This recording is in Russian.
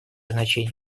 значение